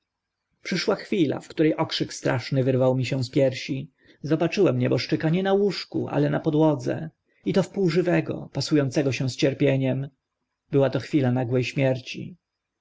przyszła chwila w które okrzyk straszny wydarł mi się z piersi zobaczyłem nieboszczyka nie na łóżku ale na podłodze i to wpół żywego pasu ącego się z cierpieniem była to chwila nagłe śmierci